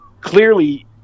clearly